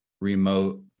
remote